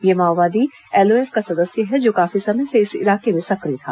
यह माओवादी एलओएस का सदस्य है जो काफी समय से इस इलाके में सक्रिय था